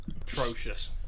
Atrocious